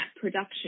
production